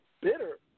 bitter